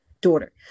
daughter